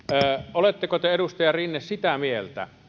oletteko te edustaja rinne sitä mieltä